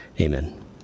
Amen